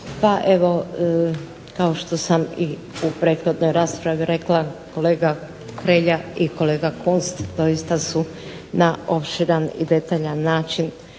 Pa evo kao što sam i u prethodnoj raspravi rekla, kolega Hrelja i kolega Kunst doista su na opširan i detaljan način